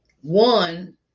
one